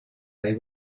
they